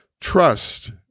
Trust